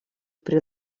pri